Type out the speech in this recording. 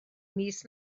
mis